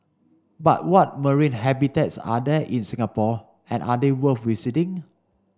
but what marine habitats are there in Singapore and are they worth visiting